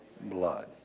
blood